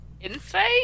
Insight